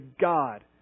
God